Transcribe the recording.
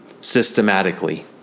systematically